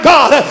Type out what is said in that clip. God